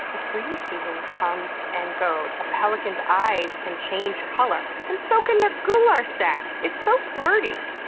as breeding season comes and goes, a pelican's eyes can change color. and so can their gular sac! it's so flirty!